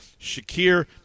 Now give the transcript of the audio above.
Shakir